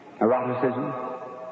eroticism